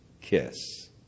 kiss